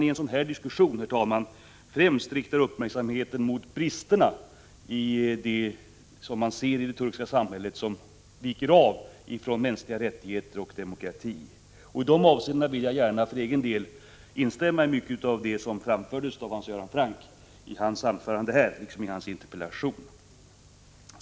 Det är naturligt, herr talman, att man i en sådan här diskussion främst riktar uppmärksamheten mot bristerna i det turkiska samhället, där man avviker från kraven när det gäller mänskliga rättigheter och demokrati. I de avseendena vill jag för egen del instämma i mycket av det som har framförts av Hans Göran Franck i hans anförande liksom i hans interpellation.